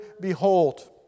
behold